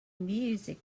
music